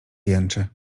jęczy